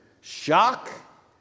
shock